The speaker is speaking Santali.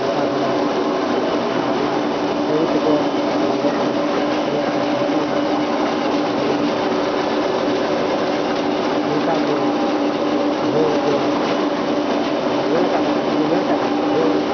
ᱫᱟᱸᱥᱟᱭ ᱥᱮᱨᱮᱧ ᱟᱨ ᱚᱱᱟ ᱥᱟᱹᱲᱤᱛᱮᱠᱚ ᱵᱟᱸᱫᱮᱜᱼᱟ ᱤᱭᱟᱹᱜᱼᱟ ᱫᱷᱩᱛᱤᱜᱼᱟ ᱟᱠᱚ ᱚᱱᱟ ᱠᱚ ᱟᱨ ᱜᱷᱚᱱᱴᱟ ᱠᱚ ᱵᱷᱩᱣᱟᱹᱝ ᱠᱚ ᱚᱱᱟ ᱵᱤᱱ ᱧᱮᱞ ᱠᱟᱜᱼᱟ ᱥᱮ ᱚᱱᱟᱵᱤᱱ ᱧᱮᱞ ᱠᱟᱜᱼᱟ ᱵᱷᱩᱣᱟᱹᱝ